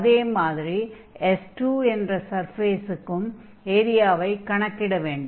அதே மாதிரி S2 என்ற சர்ஃபேஸுக்கும் ஏரியவைக் கணக்கிட வேண்டும்